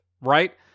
right